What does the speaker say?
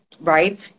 right